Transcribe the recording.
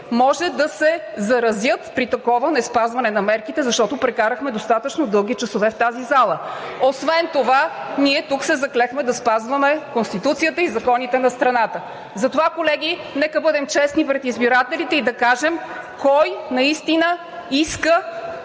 може да се заразят при такова неспазване на мерките, защото прекарахме достатъчно дълги часове в залата. Освен това ние се заклехме да спазваме Конституцията и законите на страната. Затова, колеги, нека да бъдем честни пред избирателите и да кажем кой наистина иска